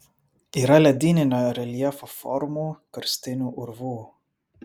yra ledyninio reljefo formų karstinių urvų